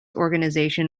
organization